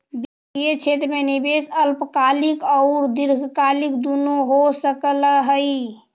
वित्तीय क्षेत्र में निवेश अल्पकालिक औउर दीर्घकालिक दुनो हो सकऽ हई